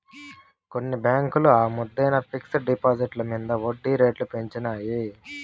కొన్ని బాంకులు ఈ మద్దెన ఫిక్స్ డ్ డిపాజిట్ల మింద ఒడ్జీ రేట్లు పెంచినాయి